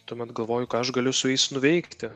tuomet galvoju ką aš galiu su jais nuveikti